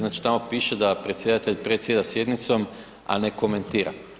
Znači tamo piše da predsjedatelj predsjeda sjednicom, a ne komentira.